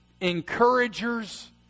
Encouragers